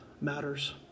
matters